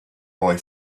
boy